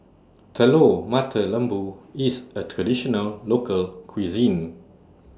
Telur Mata Lembu IS A Traditional Local Cuisine